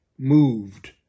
moved